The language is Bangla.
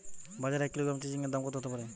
বাজারে এক কিলোগ্রাম চিচিঙ্গার দাম কত হতে পারে?